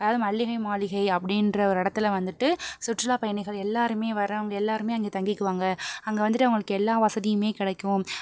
அதாவது மல்லிகை மாளிகை அப்படின்ற ஒரு இடத்துல வந்துவிட்டு சுற்றுலா பயணிகள் எல்லாருமே வரவங்க எல்லாருமே அங்கே தங்கிக்குவாங்க அங்கே வந்துட்டு அவகளுக்கு எல்லா வசதியுமே கிடைக்கும்